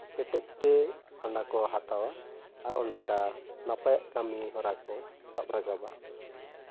ᱠᱮᱴᱮᱡᱽᱛᱮ ᱚᱱᱟᱠᱚ ᱦᱟᱛᱟᱣᱟ ᱟᱨ ᱚᱱᱠᱟ ᱱᱟᱯᱟᱭᱟᱜ ᱠᱟᱹᱢᱤᱦᱚᱨᱟ ᱠᱚ ᱥᱟᱵᱽ ᱨᱟᱠᱟᱵᱟ